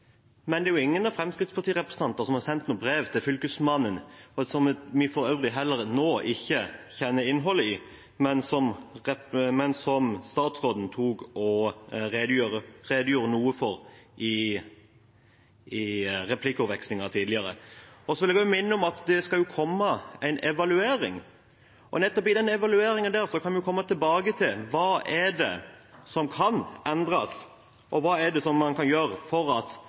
Men det er ingen Fremskrittsparti-representanter som har sendt brev til fylkesmennene – som vi for øvrig heller ikke kjenner innholdet i, men som statsråden redegjorde noe for i replikkordvekslingen. Jeg vil også minne om at det skal komme en evaluering. Nettopp i den evalueringen kan vi komme tilbake til hva som kan endres, og hva man kan gjøre for å få en bedre ordning. Helt til slutt vil jeg minne om at